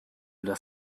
das